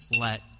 let